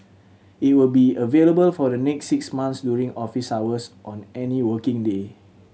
it will be available for the next six months during office hours on any working day